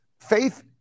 Faith